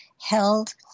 held